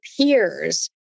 peers